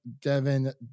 Devin